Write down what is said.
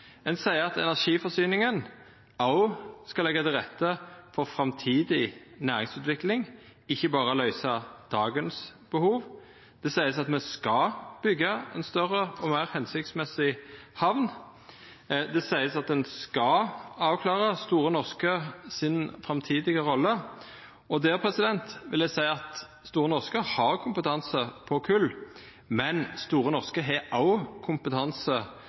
Ein seier at energiforsyninga skal leggja til rette for framtidig næringsutvikling, ikkje berre løysa behova av i dag. Det vert sagt at me skal byggja større og meir hensiktsmessig hamn. Det vert sagt at ein skal avklara Store Norske si framtidige rolle, og der vil eg seia at Store Norske har kompetanse på kol, men Store Norske har òg kompetanse